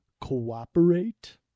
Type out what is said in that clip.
cooperate